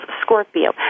Scorpio